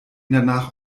danach